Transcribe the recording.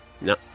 No